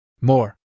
More